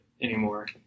anymore